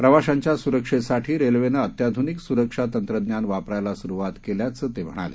प्रवाशांच्या सुरक्षेसाठी रेल्वेनं अत्याधुनिक सुरक्षा तंत्रज्ञान वापरायला सुरुवात केल्याचं ते म्हणाले